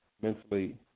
mentally